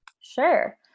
Sure